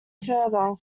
further